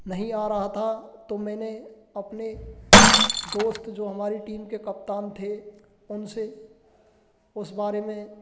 नहीं आ रहा था तो मैंने अपने दोस्त जो हमारी टीम के कप्तान थे उनसे उस बारे में